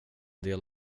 del